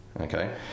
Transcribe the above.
okay